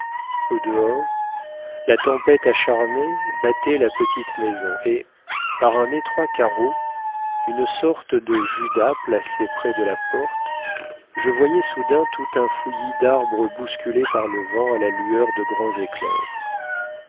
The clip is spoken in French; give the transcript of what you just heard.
au dehors la tempête acharnée battait la petite maison et par un étroit carreau une sorte de judas placé près de la porte je voyais soudain tout un fouillis d'arbres bousculés par le vent à la lueur de grands éclairs